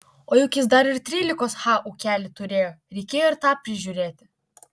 o juk jis dar ir trylikos ha ūkelį turėjo reikėjo ir tą prižiūrėti